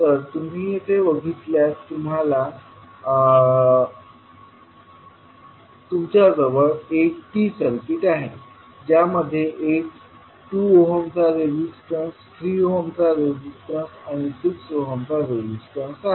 तर तुम्ही इथे बघितल्यास तुमच्याजवळ एक T सर्किट आहे ज्यामध्ये एक 2 ओहमचा रेजिस्टन्स 3 ओहमचा रेजिस्टन्स आणि 6 ओहमचा रेजिस्टन्स आहे